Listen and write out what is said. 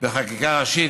בחקיקה ראשית,